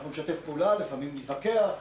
אנחנו נשתף פעולה, לפעמים נתווכח.